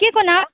केको नाम